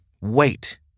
wait